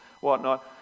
whatnot